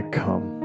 come